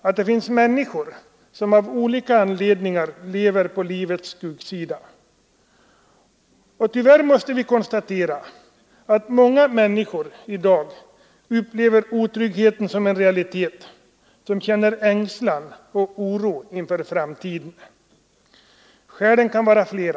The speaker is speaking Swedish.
att det finns människor som av olika anledningar lever på livets skuggsida. Tyvärr måste vi konstatera att många människor i dag upplever otryggheten som en realitet, som känner ängslan och oro inför framtiden. Skälen kan vara flera.